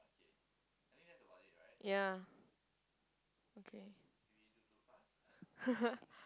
ya okay